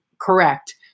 correct